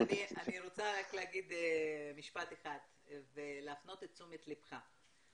אני רוצה רק להגיד משפט אחד ולהפנות את תשומת ליבך,